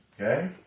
Okay